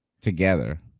together